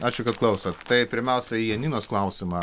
ačiū kad klausot tai pirmiausia į janinos klausimą